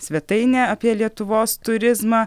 svetainė apie lietuvos turizmą